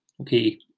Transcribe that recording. Okay